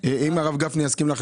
כמה יש במחסנים?